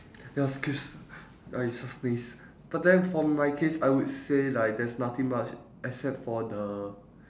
excuse I just sneeze but then for my case I would say like there's nothing much except for the